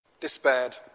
despaired